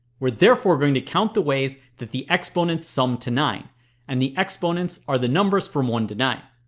we are therefore going to count the ways that the exponents sum to nine and the exponents are the numbers from one to nine